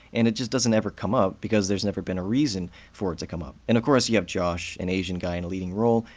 and it just doesn't ever come up because there's never been a reason for it to come up. and of course, you have josh, an asian guy in a leading role,